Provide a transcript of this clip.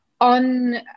on